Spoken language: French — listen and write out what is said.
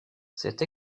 cette